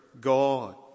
God